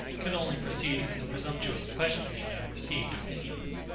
could only proceed from the presumptuous questioning of received opinions,